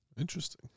Interesting